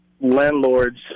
landlords